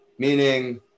meaning